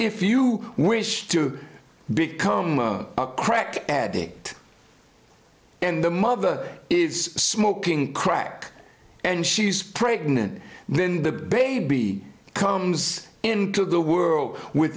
if you wish to become a crack addict and the mother is smoking crack and she's pregnant then the baby comes into the world with